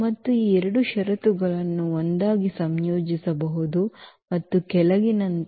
ಮತ್ತು ಈ ಎರಡು ಷರತ್ತುಗಳನ್ನು ಒಂದಾಗಿ ಸಂಯೋಜಿಸಬಹುದು ಮತ್ತು ಕೆಳಗಿನಂತೆ